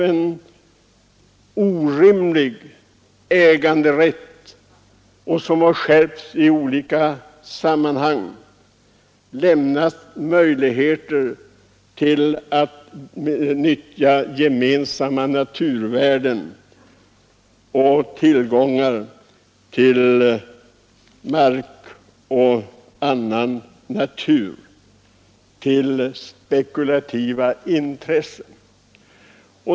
En orimlig äganderätt, som har skärpts i olika sammanhang, har gjort det möjligt att utnyttja gemensamma naturvärden i spekulativa syften.